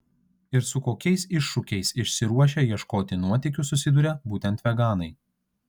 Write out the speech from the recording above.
ir su kokiais iššūkiais išsiruošę ieškoti nuotykių susiduria būtent veganai